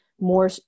more